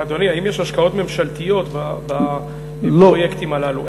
אדוני, האם יש השקעות ממשלתיות בפרויקטים הללו?